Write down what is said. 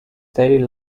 daily